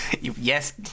Yes